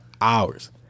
hours